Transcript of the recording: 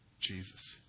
Jesus